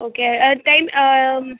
okay time